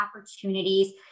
opportunities